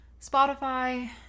Spotify